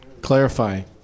clarifying